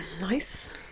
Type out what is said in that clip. nice